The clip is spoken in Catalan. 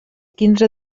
quinze